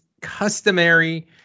customary